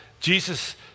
Jesus